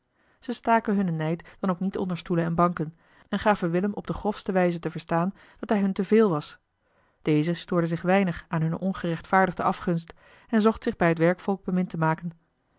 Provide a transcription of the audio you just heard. ze staken hunnen nijd dan ook niet onder stoelen en banken en gaven willem op de grofste wijze te verstaan dat hij hun te veel was deze stoorde zich weinig aan hunne ongerechtvaardigde afgunst en zocht zich bij het werkvolk bemind te maken